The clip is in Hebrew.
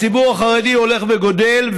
הציבור החרדי הולך וגדל,